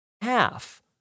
half